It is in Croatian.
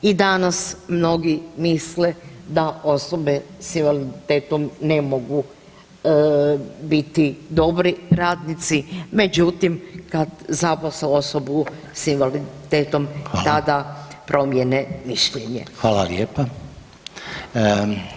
I danas mnogi misle da osobe s invaliditetom ne mogu biti dobri radnici, međutim kad zaposle osobu s invaliditetom tada promjene mišljenje.